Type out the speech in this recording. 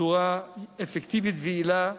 בצורה אפקטיבית ויעילה,